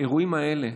האירועים האלה,